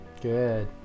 Good